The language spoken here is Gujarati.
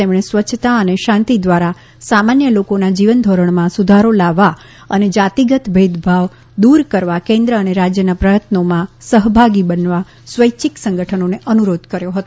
તેમણે સ્વચ્છતા અને શાંતી ધ્વારા સામાન્ય લોકોના જીવન ધોરણમાં સુધારો લાવવા અને જાતિગત ભેદભાવ દુર કરવા કેન્દ્ર અને રાજયના પ્રથત્નોમાં સહભાગી બનવા સ્વૈચ્છિક સંગઠનોને અનુરોધ કર્યો હતો